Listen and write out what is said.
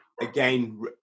again